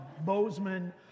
Bozeman